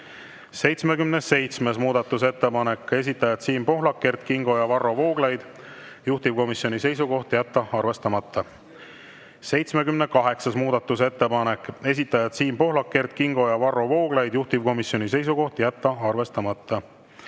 77. muudatusettepanek, esitajad Siim Pohlak, Kert Kingo ja Varro Vooglaid. Juhtivkomisjoni seisukoht: jätta arvestamata. 78. muudatusettepanek, esitajad Siim Pohlak, Kert Kingo ja Varro Vooglaid. Juhtivkomisjoni seisukoht: jätta arvestamata.